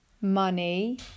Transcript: money